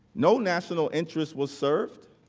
no national interest was served.